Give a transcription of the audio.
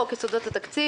חוק יסודות התקציב,